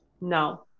no